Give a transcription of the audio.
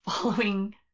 following